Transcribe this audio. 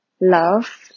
love